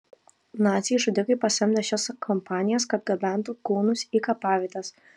naciai žudikai pasamdė šias kompanijas kad gabentų kūnus į kapavietes